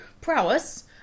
prowess